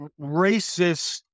racist